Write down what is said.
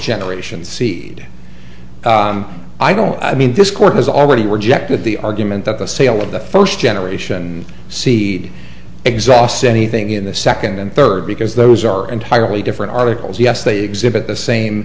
generation seed i don't i mean this court has already rejected the argument that the sale of the first generation seed exhausts anything in the second and third because those are entirely different articles yes they exhibit the same